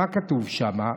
מה כתוב שם?